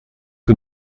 que